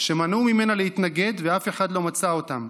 שמנעו ממנה להתנגד ואף אחד לא מצא אותם.